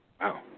Wow